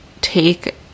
take